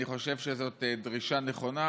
אני חושב שזאת דרישה נכונה,